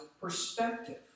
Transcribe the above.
perspective